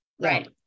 Right